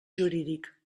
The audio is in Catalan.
jurídic